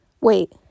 wait